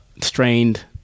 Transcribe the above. strained